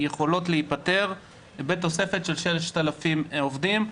יכולות להיפתר בתוספת של 6,000 עובדים.